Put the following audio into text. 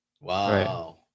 Wow